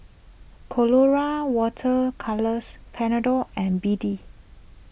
Colora Water Colours Panadol and B D